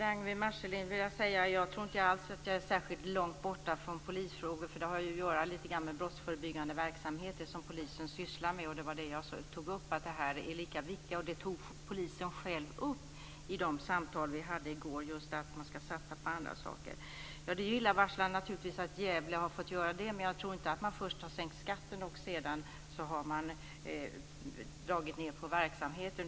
Fru talman! Jag tror inte alls att jag är särskilt långt borta från polisfrågor, Ragnwi Marcelind. Dessa frågor rör även brottsförebyggande verksamhet, dvs. det som polisen sysslar med. Det är lika viktigt. Poliserna själva tog vid gårdagens samtal upp frågan om att satsa på annat. Det är illavarslande med Gävle. Men jag tror inte att man först har sänkt skatten för att sedan dra ned på verksamheten.